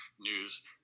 news